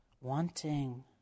wanting